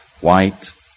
white